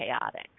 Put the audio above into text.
chaotic